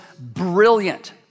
brilliant